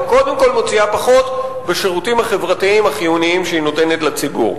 וקודם כול מוציאה פחות בשירותים החברתיים החיוניים שהיא נותנת לציבור.